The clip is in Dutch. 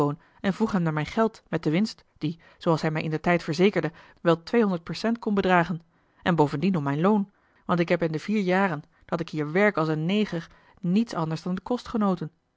en vroeg hem naar mijn geld met de winst die zooals hij mij indertijd eli heimans willem roda verzekerde wel twee honderd percent kon bedragen en bovendien om mijn loon want ik heb in de vier jaren dat ik hier werk als een neger niets anders dan den kost genoten